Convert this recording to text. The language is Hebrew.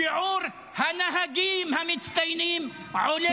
שיעור הנהגים המצטיינים עולה.